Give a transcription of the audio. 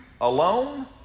alone